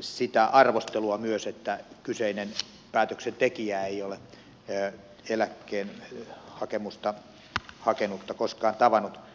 sitä arvostelua myös että kyseinen päätöksen tekijä ei ole eläkkeen hakijaa koskaan tavannut